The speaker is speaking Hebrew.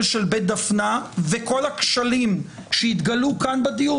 של בית דפנה וכל הכשלים שהתגלו כאן בדיון,